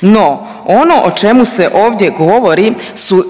No, ono o čemu se ovdje govori su